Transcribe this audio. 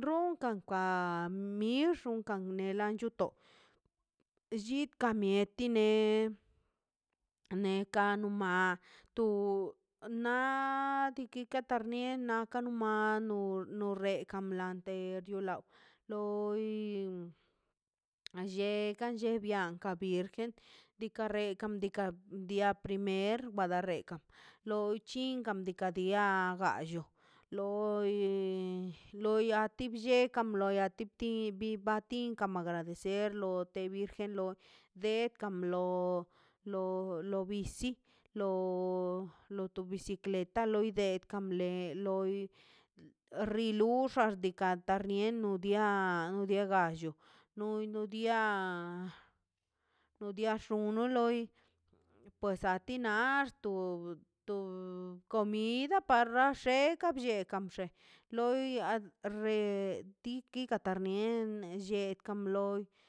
runkan kan mix nunca el anchu to llid ka mieti ne neka nu ma o na nadiki tarnie naka nu mal no nornekan blante law loi llekan llebiakan virgen diika rekan diikaꞌ dia primer guada rekan loi chinkan deka rekan dia gallo loi loya tiblle kam loia tip ti bi batinka agradecerlo o te virgen loi de kamblo lo lo bisi lo to bicikleta loi dekan lei lo riluxan diika'n tan rieno dia wde gallo noi no dia no dia xuno loi pues a ti nax tob tob komida pararx rekan bllekan bxe loia retitekani nie llekan loi.